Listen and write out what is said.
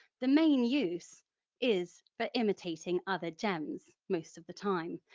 the main use is for imitating other gems, most of the time.